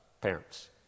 parents